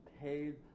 paid